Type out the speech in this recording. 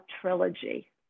trilogy